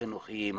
החינוכיים,